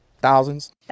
Thousands